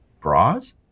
bras